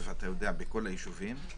רק לשם פיקוח על הוראות הבידוד והאכיפה שלהן.